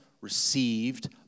received